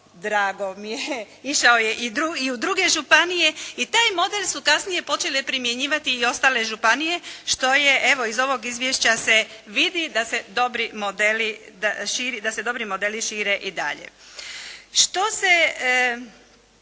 drago mi je, išao je i u druge županije i taj model su kasnije počele primjenjivati i ostale županije, što se evo iz ovog izvješća vidi, da se dobri modeli šire i dalje. Možda